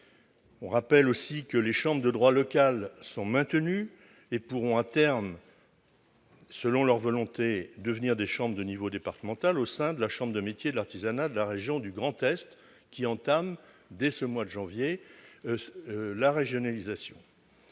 12 décembre 2018. Les chambres de droit local sont maintenues et pourront à terme, selon leur souhait, devenir des chambres de niveau départemental au sein de la chambre de métiers et de l'artisanat de la région du Grand Est, qui entame dès janvier 2019 le processus de régionalisation.